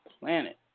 planet